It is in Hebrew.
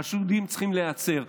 וחשודים צריכים להיעצר,